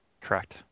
Correct